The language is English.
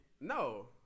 No